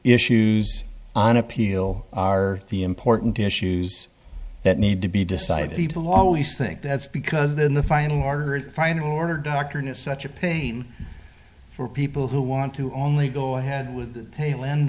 issues on appeal are the important issues that need to be decided people always think that's because then the final final order doctrine is such a pain for people who want to only go ahead with the tail end